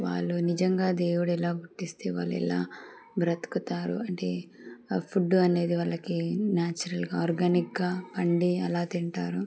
వాళ్ళు నిజంగా దేవుడు ఎలా పుట్టిస్తే వాళ్ళు ఎలా బ్రతుకుతారు అంటే ఫుడ్డు అనేది వాళ్ళకి నేచురల్గా ఆర్గానిక్గా వండి అలా తింటారు